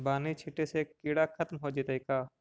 बानि छिटे से किड़ा खत्म हो जितै का?